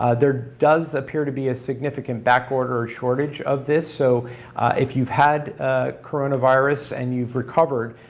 ah there does appear to be a significant backorder or shortage of this so if you've had ah coronavirus and you've recovered,